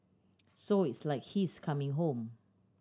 so It's like he is coming home